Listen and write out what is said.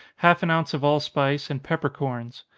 half an ounce of allspice, and peppercorns.